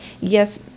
yes